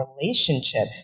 relationship